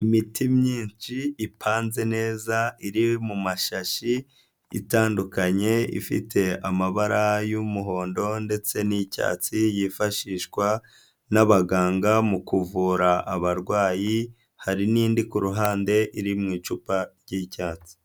Imiti myinshi, ipanze neza, iri mu mashashi, itandukanye, ifite amabara y'umuhondo ndetse n'icyatsi, yifashishwa n'abaganga mu kuvura abarwayi, hari n'indi ku ruhande iri mu icupa ry'icyatsi.